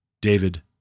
David